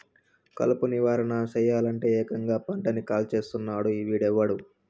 కలుపు నివారణ సెయ్యలంటే, ఏకంగా పంటని కాల్చేస్తున్నాడు వీడెవ్వడు